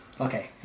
Okay